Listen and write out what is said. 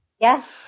Yes